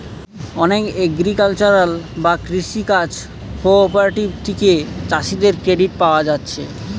অনেক এগ্রিকালচারাল বা কৃষি কাজ কঅপারেটিভ থিকে চাষীদের ক্রেডিট পায়া যাচ্ছে